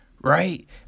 right